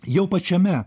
jau pačiame